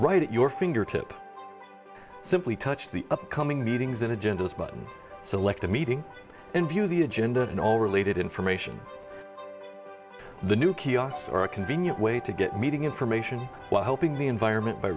right at your fingertips simply touch the upcoming meetings in agendas button select a meeting and view the agenda and all related information the new kiosks are a convenient way to get meeting information while helping the environment by